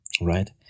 right